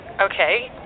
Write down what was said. Okay